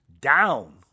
down